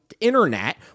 internet